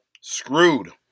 Screwed